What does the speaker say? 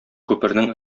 күпернең